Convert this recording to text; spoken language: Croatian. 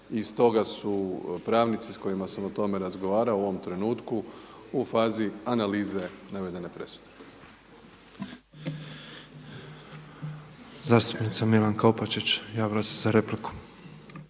i stoga su pravnici s kojima sam o tome razgovarao u ovom trenutku u fazi analize navedene presude. **Petrov, Božo (MOST)** Zastupnica Milanka Opačić javila se za repliku.